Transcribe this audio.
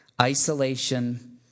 Isolation